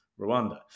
Rwanda